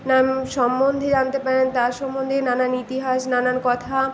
নাম সম্বন্ধে জানতে পারেন তার সম্বন্ধে নানান ইতিহাস নানান কথা